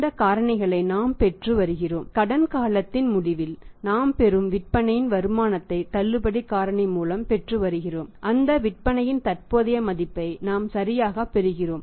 இந்த காரணிகளை நாம் பெற்று வருகிறோம் கடன் காலத்தின் முடிவில் நாம் பெறும் விற்பனை வருமானத்தை தள்ளுபடி காரணி மூலம் பெற்று வருகிறோம் அந்த விற்பனையின் தற்போதைய மதிப்பை நாம் சரியாகப் பெறுகிறோம்